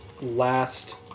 last